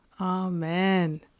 Amen